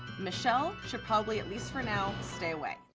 michelle should probably, at least for now, stay away.